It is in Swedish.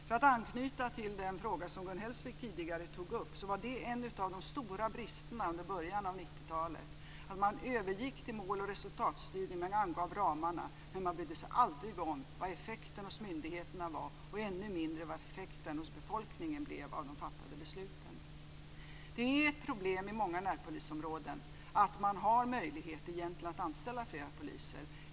För att anknyta till den fråga som Gun Hellsvik tidigare tog upp var det en av de stora bristerna i början av 90-talet, att man övergick till mål och resultatstyrning och angav ramarna, men man brydde sig aldrig om hur effekterna hos myndigheterna blev och ännu mindre om hur effekterna hos befolkningen blev av de fattade besluten. Det är ett problem i många närpolisområden att man har möjlighet att anställa fler poliser.